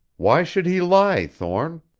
why should he lie, thorne?